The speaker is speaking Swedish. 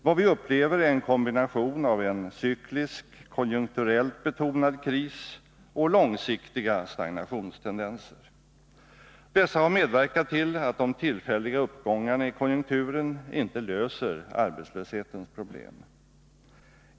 Vad vi upplever är en kombination av en cyklisk, konjunkturellt betonad kris och långsiktiga stagnationstendenser. Dessa har medverkat till att de tillfälliga uppgångarna i konjunkturen inte löser arbetslöshetens problem.